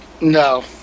no